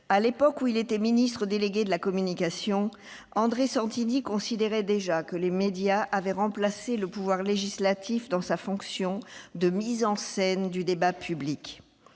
À l'époque où il était ministre délégué de la communication, André Santini considérait déjà que les médias avaient remplacé le pouvoir législatif dans sa fonction de mise en scène du débat public.